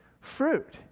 fruit